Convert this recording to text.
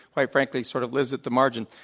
quite frankly, sort of lives at the margin.